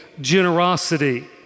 generosity